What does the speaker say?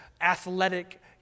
athletic